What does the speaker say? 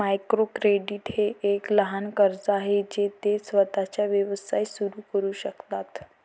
micro credit हे एक लहान कर्ज आहे जे ते स्वतःचा व्यवसाय सुरू करू शकतात